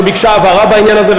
שביקשה הבהרה בעניין הזה,